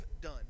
done